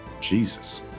Jesus